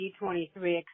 D23